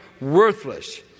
worthless